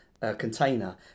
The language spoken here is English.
container